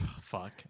Fuck